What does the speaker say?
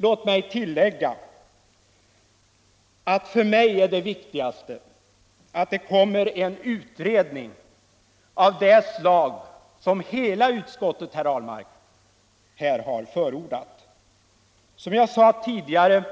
Låt mig tillägga att för mig är det viktigaste att det kommer en utredning av det slag som hela utskottet, herr Ahlmark, har förordat. Som jag sade tidigare